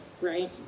right